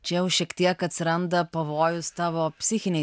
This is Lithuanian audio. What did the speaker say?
čia jau šiek tiek atsiranda pavojus tavo psichinei